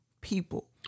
people